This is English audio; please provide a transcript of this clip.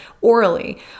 orally